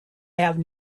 have